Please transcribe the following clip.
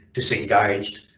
disengaged,